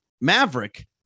Maverick